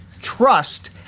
trust